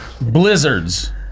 Blizzards